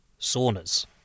saunas